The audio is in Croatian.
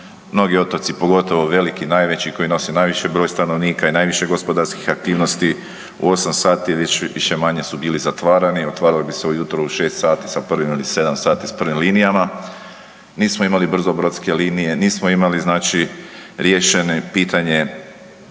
mnogi otoci, pogotovo veliki, najveći koji nose najveći broj stanovnika i najviše gospodarskih aktivnosti u 8 sati više-manje su bili zatvarani, otvarali bi se ujutro u 6 sati sa prvim ili 7 sati s prvim linijama, nismo imali brzo brodske linije, nismo imali znači riješeno pitanje